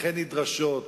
אכן נדרשות,